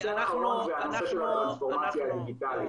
הנושא האחרון זה הנושא של הטרנספורמציה הדיגיטלית.